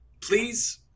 please